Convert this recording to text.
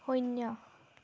শূন্য